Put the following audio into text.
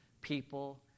people